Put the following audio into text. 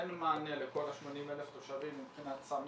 אין מענה לכל 80,000 התושבים מבחינת סמים,